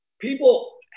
people